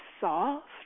soft